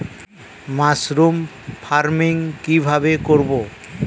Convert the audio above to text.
Mushroom farming কি ভাবে করব?